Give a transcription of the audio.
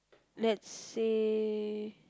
let's say